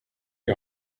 die